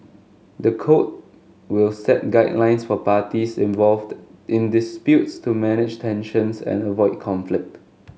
the code will set guidelines for parties involved in disputes to manage tensions and avoid conflict